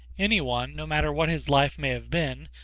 any one, no matter what his life may have been,